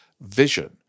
vision